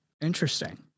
interesting